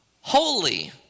holy